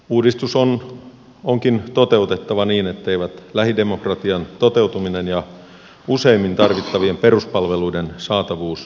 uudistus onkin toteutettava niin etteivät lähidemokratian toteutuminen ja useimmin tarvittavien peruspalveluiden saatavuus lähipalveluina vaarannu